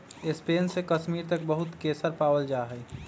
Spain से कश्मीर तक बहुत केसर पावल जा हई